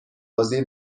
بازی